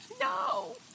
No